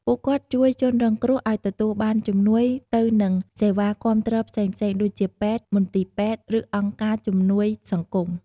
ពួកគាត់ជួយជនរងគ្រោះឲ្យទទួលបានជំនួយទៅនឹងសេវាគាំទ្រផ្សេងៗ ដូចជាពេទ្យ មន្ទីរពេទ្យ ឬអង្គការជំនួយសង្គម។